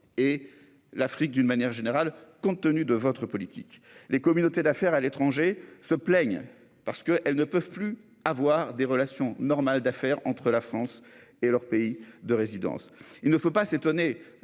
et l'Afrique d'une manière générale, compte tenu de votre politique, les communautés d'affaires à l'étranger se plaignent parce que elles ne peuvent plus avoir des relations normales d'affaires entre la France et leur pays de résidence, il ne faut pas s'étonner